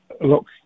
look